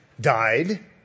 died